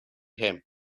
him